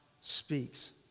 speaks